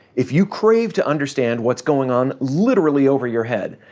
if you crave to understand what's going on literally over your head,